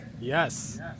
Yes